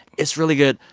it's really good.